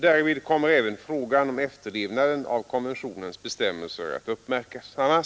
Därvid kommer även frågan om efterlevnaden av konventionens bestämmelser att uppmärksammas.